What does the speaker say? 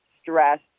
stress